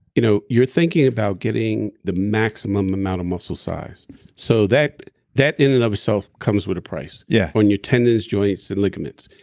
you know you're thinking about getting the maximum amount of muscle size so that that in and of itself comes with a price yeah on your tendons, joints, and ligaments.